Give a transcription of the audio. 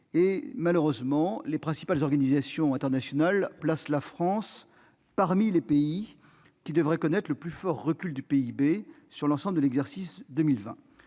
Malheureusement, les principales organisations internationales placent la France parmi les pays qui devraient connaître le plus fort recul de leur PIB sur l'ensemble de l'exercice 2020.